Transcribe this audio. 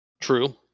true